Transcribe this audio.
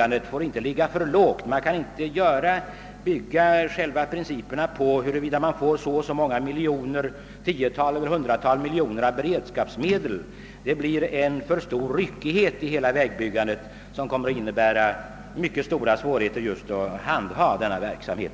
den får inte ligga för lågt. Man kan inte basera själva principerna på huruvida man får så eller så många tiotal eller hundratal miljoner kronor i beredskapsmedel. Det leder till en alltför stor ryckighet i vägbyggandet, som kommer att innebära mycket stora svårigheter när det gäller att handha denna verksamhet.